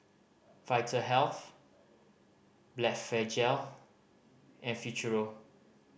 Vitahealth Blephagel and Futuro